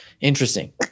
interesting